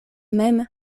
mem